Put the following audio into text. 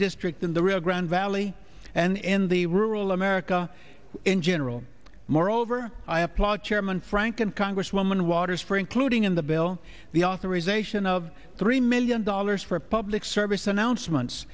district in the rio grande valley and in the rural america in general moreover i applaud chairman frank and congresswoman waters for including in the bill the authorization of three million dollars for public service announcements